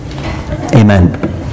Amen